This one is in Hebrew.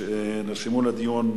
מס' 5712,